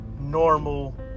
normal